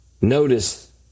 notice